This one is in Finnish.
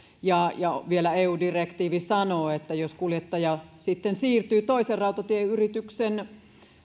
ja ja vielä eu direktiivi sanoo että jos kuljettaja sitten siirtyy toisen rautatieyrityksen